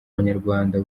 banyarwanda